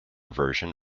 version